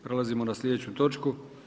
Prelazimo na sljedeću točku.